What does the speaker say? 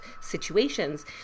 situations